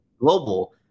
global